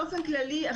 באופן כללי,